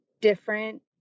different